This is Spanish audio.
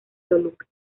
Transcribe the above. toluca